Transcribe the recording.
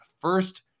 first